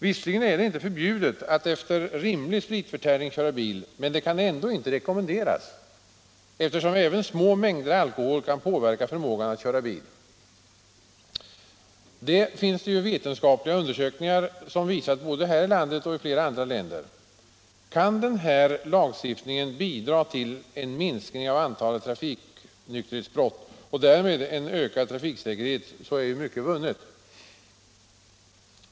Visserligen är det inte förbjudet att efter måttlig spritförtäring köra bil, men det kan ändå inte rekommenderas, eftersom även små mängder alkohol kan påverka förmågan att köra. Det har gjorts vetenskapliga undersökningar både här i landet och i flera andra länder som visat det. Kan den här lagstiftningen bidra till en minskning av antalet trafiknykterhetsbrott och därmed en ökad trafiksäkerhet är mycket vunnet.